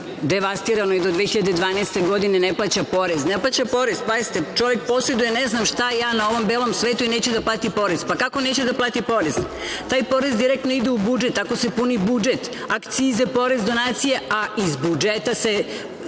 devastiranoj do 2012. godine, ne plaća porez. Ne plaća porez, pazite, čovek poseduje ne znam šta na ovom belom svetu i neće da plati porez. Pa, kako neće da plati porez? Taj porez direktno ide u budžet, tako se puni budžet, akcize, porez, donacije, a iz budžeta se